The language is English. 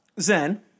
Zen